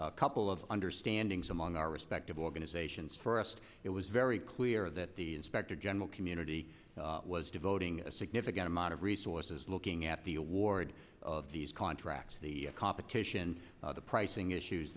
couple of understanding some on our respective organizations for us it was very clear that the inspector general community was devoting a significant amount of resources looking at the award of these contracts the competition the pricing issues